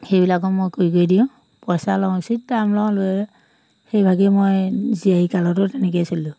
সেইবিলাকক মই কৰি কৰি দিওঁ পইচা লওঁ উচিত দাম লওঁ লৈ সেইভাগেই মই জীয়াৰী কালতো তেনেকেই চলিলোঁ